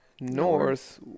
north